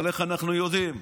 אבל איך אנחנו יודעים?